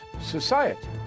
society